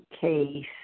Case